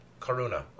Karuna